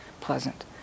pleasant